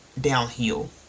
downhill